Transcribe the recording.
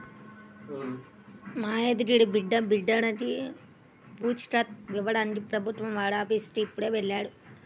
మా యాదగిరి బావ బిడ్డర్లకి పూచీకత్తు ఇవ్వడానికి ప్రభుత్వం వారి ఆఫీసుకి ఇప్పుడే వెళ్ళాడు